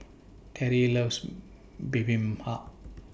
Terrie loves Bibimbap